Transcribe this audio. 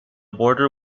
border